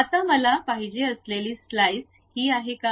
आता मला पाहिजे असलेली स्लाईस ही आहे का